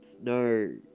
No